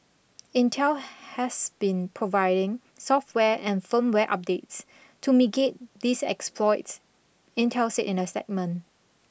Intel has been providing software and firmware updates migate these exploits Intel said in a statement